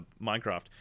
minecraft